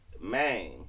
man